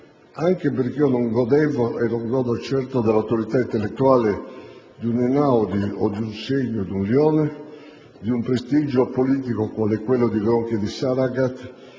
anche perché io non godevo e non godo certo dell'autorità intellettuale di un Einaudi o di un Segni o di un Leone, di un prestigio politico quale quello di Gronchi, di Saragat